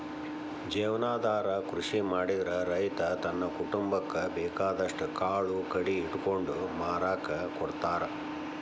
ಜೇವನಾಧಾರ ಕೃಷಿ ಮಾಡಿದ್ರ ರೈತ ತನ್ನ ಕುಟುಂಬಕ್ಕ ಬೇಕಾದಷ್ಟ್ ಕಾಳು ಕಡಿ ಇಟ್ಕೊಂಡು ಮಾರಾಕ ಕೊಡ್ತಾರ